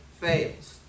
fails